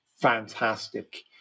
fantastic